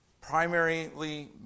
primarily